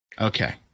Okay